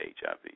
HIV